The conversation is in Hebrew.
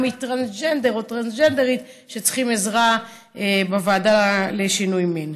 מטרנסג'נדר או מטרנסג'נדרית שצריכים עזרה בוועדה לשינוי מין.